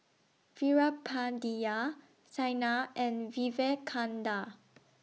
Veerapandiya Saina and Vivekananda